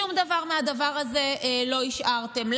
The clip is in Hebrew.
שום דבר מהדבר הזה לא השארתם.